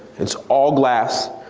it's all glass,